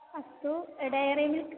अस्तु dairy milk